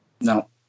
No